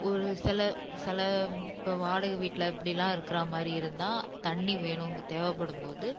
ஒரு சில சில இப்போ வாடகை வீட்டில் இப்படிலாம் இருக்கிறா மாதிரி இருந்தால் தண்ணி வேணுங்கும் தேவைப்படும் போது